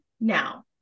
now